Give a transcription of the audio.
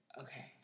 Okay